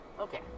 Okay